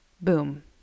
boom